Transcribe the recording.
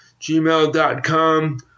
gmail.com